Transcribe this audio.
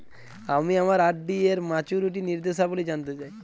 আমি আমার আর.ডি এর মাচুরিটি নির্দেশাবলী জানতে চাই